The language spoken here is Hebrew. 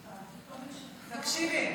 תקשיבי,